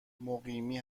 مقیمی